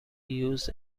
used